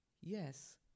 yes